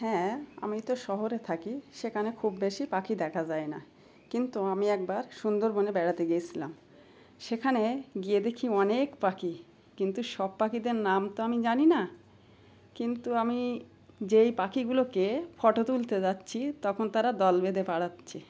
হ্যাঁ আমি তো শহরে থাকি সেখানে খুব বেশি পাখি দেখা যায় না কিন্তু আমি একবার সুন্দরবনে বেড়াতে গিয়েছিলাম সেখানে গিয়ে দেখি অনেক পাখি কিন্তু সব পাখিদের নাম তো আমি জানি না কিন্তু আমি যেই পাখিগুলোকে ফটো তুলতে যাচ্ছি তখন তারা দল বেঁধে পালাচ্ছে